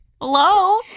Hello